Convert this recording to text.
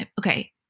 Okay